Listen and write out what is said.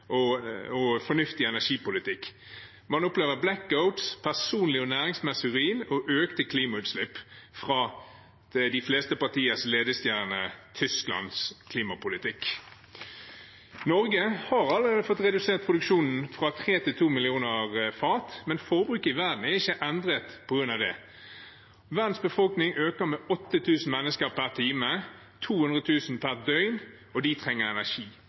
og fornuftig energipolitikk. Man opplever blackouter, personlig og næringsmessig ruin og økte klimautslipp gjennom de fleste partiers ledestjerne, Tyskland, sin klimapolitikk. Norge har allerede fått redusert produksjonen fra 3 til 2 millioner fat, men forbruket i verden er ikke endret på grunn av det. Verdens befolkning øker med 8 000 mennesker per time, 200 000 per døgn, og de trenger energi.